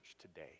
today